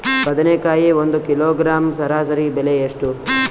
ಬದನೆಕಾಯಿ ಒಂದು ಕಿಲೋಗ್ರಾಂ ಸರಾಸರಿ ಬೆಲೆ ಎಷ್ಟು?